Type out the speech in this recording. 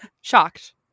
Shocked